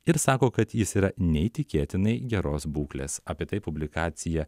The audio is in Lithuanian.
ir sako kad jis yra neįtikėtinai geros būklės apie tai publikacija